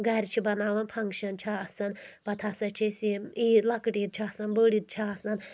گَرِ چھِ بَناوَان فَنٛگشَن چھِ آسان پَتہٕ ہسا چھِ أسۍ یہِ عیٖد لَکٕٹ عیٖد چھِ آسَان بٔڑ عیٖد چھِ آسان